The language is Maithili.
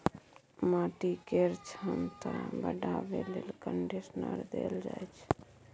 माटि केर छमता बढ़ाबे लेल कंडीशनर देल जाइ छै